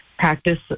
practice